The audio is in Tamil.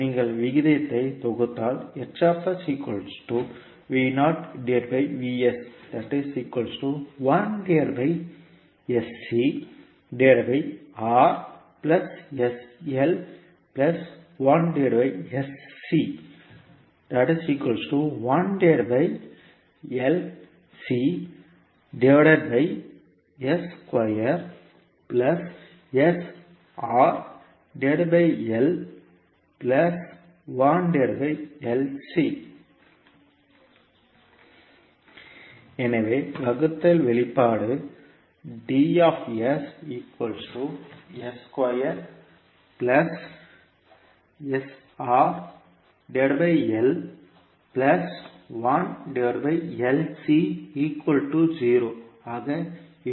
நீங்கள் விகிதத்தை தொகுத்தால் எனவே வகுத்தல் வெளிப்பாடு ஆக இருக்கும்